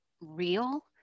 Real